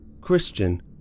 Christian